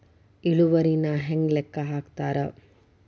ಇಳುವರಿನ ಹೆಂಗ ಲೆಕ್ಕ ಹಾಕ್ತಾರಾ